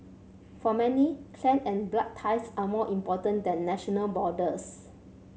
for many clan and blood ties are more important than national borders